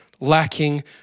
lacking